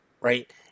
right